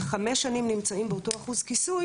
ונמצאים חמש שנים באותו אחוז כיסוי